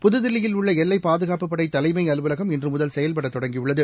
புத்தில்லியில் உள்ள எல்லை பாதுகாப்புபடை தலைமை அலுவலகம் இன்று முதல் செயல்பட தொடங்கியுள்ளது